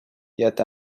yet